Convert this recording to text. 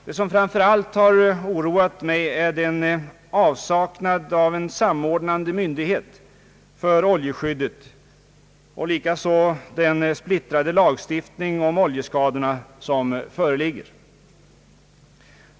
Vad som framför allt har oroat mig är avsaknaden av en samordnande myndighet för oljeskyddet och likaså den splittrade lagstiftning om oljeskadorna som föreligger.